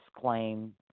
claim